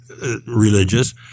religious